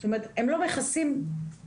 זאת אומרת שהם לא מכסים הרבה,